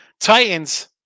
Titans